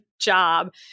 job